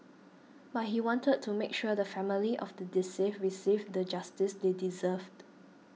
but he wanted to make sure the family of the deceived received the justice they deserved